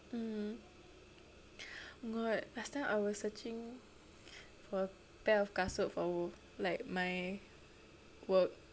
mm oh my god last time I was searching for a pair of kasut for like my work